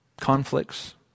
conflicts